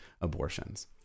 abortions